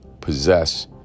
possess